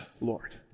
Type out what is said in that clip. Lord